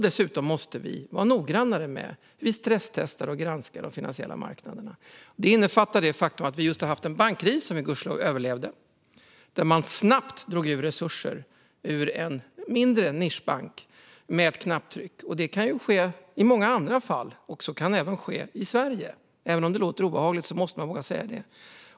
Dessutom måste vi vara noggrannare med att stresstesta och granska de finansiella marknaderna. Det har just varit en bankkris, som vi gudskelov överlevde. Man drog snabbt, med ett knapptryck, ut resurser ur en mindre nischbank. Det kan ske i många andra fall, även i Sverige. Även om det låter obehagligt måste man våga säga det.